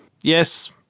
Yes